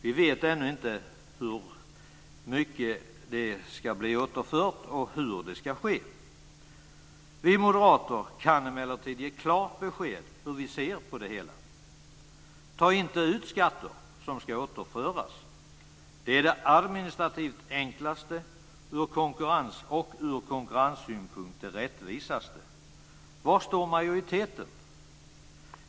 Vi vet ännu inte hur mycket som ska bli återfört och hur det ska ske. Vi moderater kan emellertid ge klart besked om hur vi ser på det hela. Ta inte ut de skatter som ska återföras - det är det administrativt enklaste och ur konkurrenssynpunkt rättvisaste. Var står majoriteten?